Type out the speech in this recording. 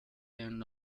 end